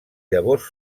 llavors